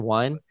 one